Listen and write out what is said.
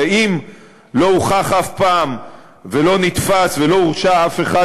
הרי אם לא הוכח אף פעם ולא נתפס ולא הורשע אף אחד